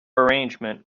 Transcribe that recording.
arrangement